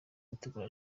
gutegura